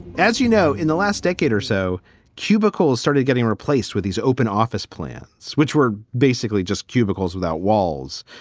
as you know, in the last decade or so cubicles started getting replaced with his open office plants, which were basically just cubicles without walls.